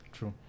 True